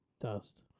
Dust